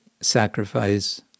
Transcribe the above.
sacrifice